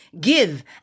Give